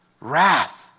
wrath